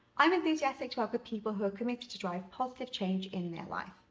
i'm enthusiastic to work with people who are committed to drive positive change in their life.